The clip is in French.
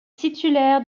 titulaire